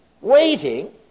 Waiting